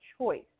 choice